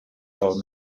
old